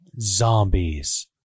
zombies